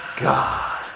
God